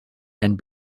and